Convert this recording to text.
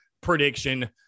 prediction